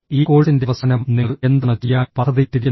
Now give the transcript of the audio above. ഈ കോഴ്സിന്റെ അവസാനം നിങ്ങൾ എന്താണ് ചെയ്യാൻ പദ്ധതിയിട്ടിരിക്കുന്നത്